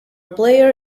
player